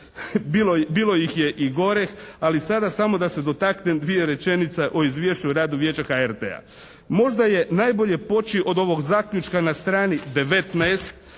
Bilo ih je i gorih. Ali sada samo da se dotaknem dvije rečenice o izvješću o radu Vijeća HRT-a. Možda je najbolje poći od ovog zaključka na strani 19.